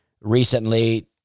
recently